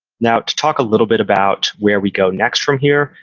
now, to talk a little bit about where we go next from here,